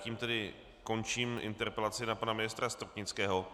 Tím tedy končím interpelaci na pana ministra Stropnického.